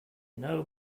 know